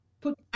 put